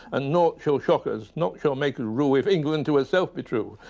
and nought shall shock us. nought shall make us rue if england to yourself be true.